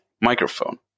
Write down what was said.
microphone